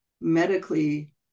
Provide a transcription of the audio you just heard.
medically